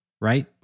right